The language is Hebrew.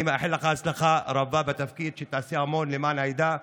אני מאחל לך הצלחה רבה בתפקיד ושתעשה המון למען העדה,